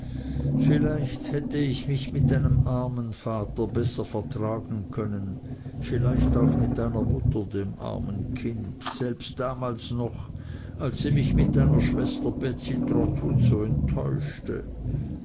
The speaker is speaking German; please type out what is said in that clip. vielleicht hätte ich mich mit deinem armen vater besser vertragen können vielleicht auch mit deiner mutter dem armen kind selbst damals noch als sie mich mit deiner schwester betsey trotwood so enttäuschte